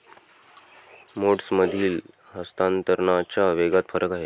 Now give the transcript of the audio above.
मोड्समधील हस्तांतरणाच्या वेगात फरक आहे